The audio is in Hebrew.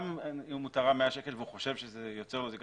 גם אם הוא תרם 100 שקל והוא חושב שזה יוצר לו זיקה,